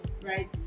right